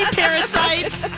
parasites